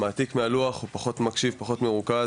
מעתיק מהלוח, הוא פחות מקשיב ומרוכז.